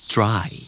Dry